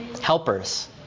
Helpers